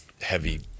heavy